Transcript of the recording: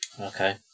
Okay